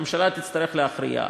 והממשלה תצטרך להכריע.